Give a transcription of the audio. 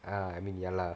ah I mean ya lah